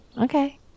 Okay